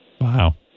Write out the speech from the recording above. Wow